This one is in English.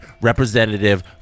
representative